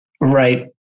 right